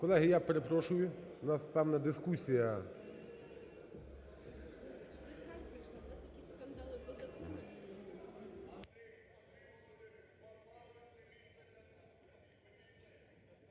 Колеги, я перепрошую, у нас певна дискусія.